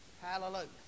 Hallelujah